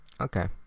Okay